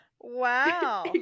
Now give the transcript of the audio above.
Wow